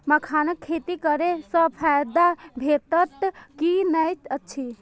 मखानक खेती करे स फायदा भेटत की नै अछि?